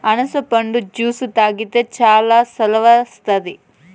అనాస పండు జ్యుసు తాగితే బాగా సలవ సేస్తాది